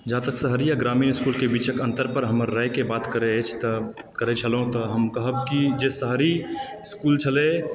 जहाँ तक शहरी आ ग्रामीण इसकुलके बीचके अंतर पर हमर रायके बात करए अछि तऽ करए छलहुँ तऽ हम कहब की जे शहरी इसकुल छलए